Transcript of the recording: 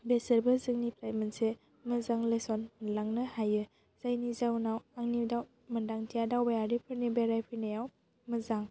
बेसोरबो जोंनिफ्राय मोनसे मोजां लेसन लांनो हायो जायनि जाउनाव आंनि मोनदांथिया दावबायारिफोरनि बेरायफैनायाव मोजां